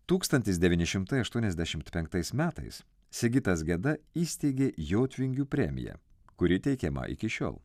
tūkstantis devyni šimtai aštuoniasdešimt penktais metais sigitas geda įsteigė jotvingių premiją kuri teikiama iki šiol